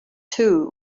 too